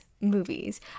movies